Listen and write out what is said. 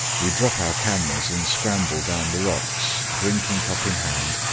we drop our cameras and scramble down the rocks, drinking cup in hand,